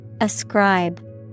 Ascribe